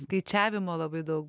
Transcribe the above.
skaičiavimo labai daug